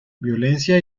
violencia